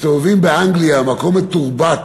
מסתובבים באנגליה, מקום מתורבת,